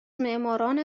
معماران